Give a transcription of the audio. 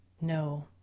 No